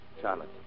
Charlotte